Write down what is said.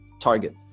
target